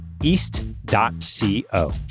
East.co